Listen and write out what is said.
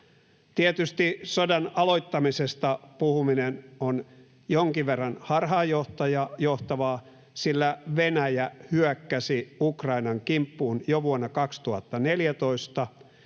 Tietysti sodan aloittamisesta puhuminen on jonkin verran harhaanjohtavaa, sillä Venäjä hyökkäsi Ukrainan kimppuun jo vuonna 2014,